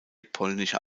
polnischer